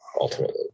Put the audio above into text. ultimately